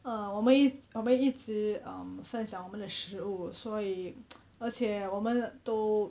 uh 我们一我们一直 um 分享我们的食物所以 而且我们都